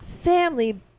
family